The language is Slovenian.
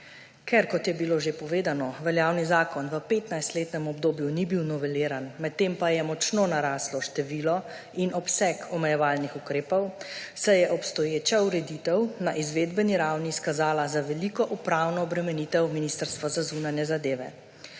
Ker kot je bilo že povedano, veljavni zakon v 15-letnem obdobju ni bil noveliran, medtem pa je močno naraslo število in obseg omejevalnih ukrepov, se je obstoječa ureditev na izvedbeni ravni izkazala za veliko upravno obremenitev Ministrstva za zunanje zadeve.